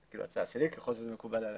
הצעה שלי, ככל שזה מקובל על